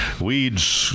weeds